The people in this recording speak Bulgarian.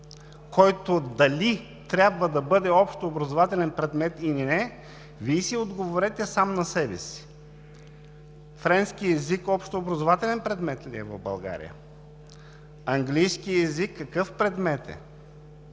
дали трябва да бъде общообразователен предмет или не, Вие отговорете сам на себе си. Френският език общообразователен предмет ли е в България? Английският език какъв предмет е?